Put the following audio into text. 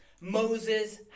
Moses